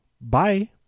Bye